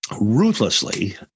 ruthlessly